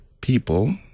people